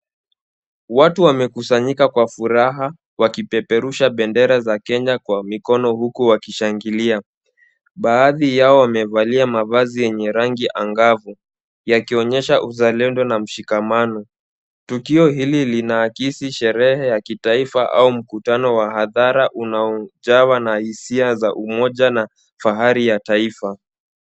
Watu wamekusanyika kwa furaha wakipeperusha bendera za kenya kwa mikono huku wakishangilia. Baadhi yao wamevalia mavazi yenye rangi angavu yakionesha uzalendo na mshikamano. Tukio hili linaakisi sherehe ya kitaifa na mkutano wa hadhara unaojawa na hisia za umoja na fahari ya taifa.